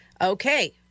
Okay